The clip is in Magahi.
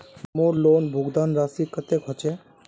मोर लोन भुगतान राशि कतेक होचए?